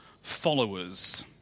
followers